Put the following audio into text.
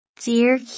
Dear